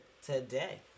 today